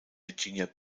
virginia